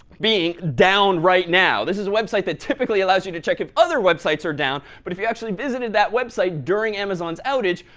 being down right now. this is a website that typically allows you to check other websites are down, but if you actually visited that website during amazon's outage,